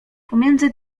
pomiędzy